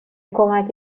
کمک